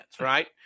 right